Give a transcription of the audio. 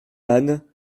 anne